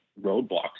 roadblocks